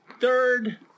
third